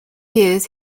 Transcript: years